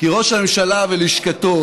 כי ראש הממשלה ולשכתו